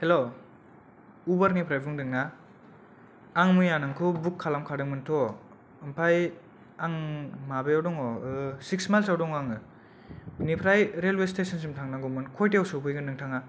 hello उबेरनिफ्राय बुंदोंना आं मैया नोंखौ बुक खालामखादोंमोनथ' ओमफ्राय आं माबायाव दङ' ओ सिक्स माइलसाव दङ आङो बिनिफ्राय रेलवे स्टेसनसिम थांनांगौमोन कइटायाव सौफैगोन नोंथाङा